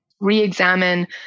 re-examine